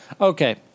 okay